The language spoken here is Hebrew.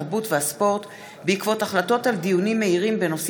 התרבות והספורט בעקבות דיון מהיר בהצעתם של חברי הכנסת יעקב פרי,